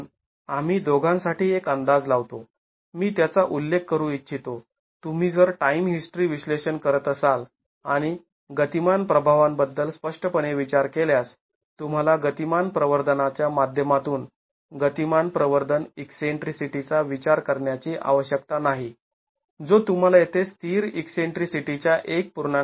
म्हणून आम्ही दोघांसाठी एक अंदाज लावतो मी त्याचा उल्लेख करू इच्छितो तुम्ही जर टाईम हिस्ट्री विश्लेषण करत असाल आणि गतिमान प्रभावांबद्दल स्पष्टपणे विचार केल्यास तुम्हाला गतिमान प्रवर्धनाच्या माध्यमातून गतिमान प्रवर्धन ईकसेंट्रीसिटीचा विचार करण्याची आवश्यकता नाही जो तुम्हाला येथे स्थिर ईकसेंट्रीसिटीच्या १